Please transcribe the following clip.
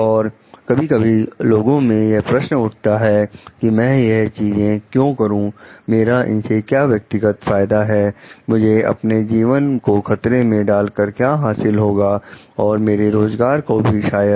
और कभी कभी लोगों में यह प्रश्न उठता है कि मैं यह चीजें क्यों करूं मेरा इसमें क्या व्यक्तिगत फायदा है मुझे अपने जीवन को खतरे में डालकर क्या हासिल होगा और मेरे रोजगार को भी शायद